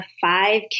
five